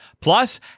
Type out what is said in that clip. plus